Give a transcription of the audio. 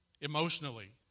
emotionally